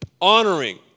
honoring